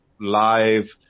live